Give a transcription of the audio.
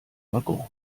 wagon